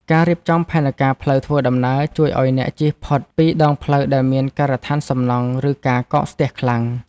ការរៀបចំផែនការផ្លូវធ្វើដំណើរ ជួយឱ្យអ្នកជៀសផុតពីដងផ្លូវដែលមានការដ្ឋានសំណង់ ឬការកកស្ទះខ្លាំង។